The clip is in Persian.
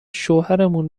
شوهرمون